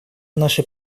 нашей